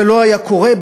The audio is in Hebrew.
זה לא היה קורה,